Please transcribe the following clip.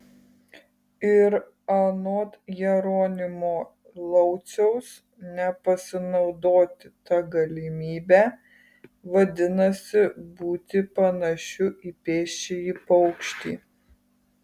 ir anot jeronimo lauciaus nepasinaudoti ta galimybe vadinasi būti panašiu į pėsčiąjį paukštį